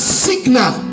signal